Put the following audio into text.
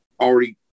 already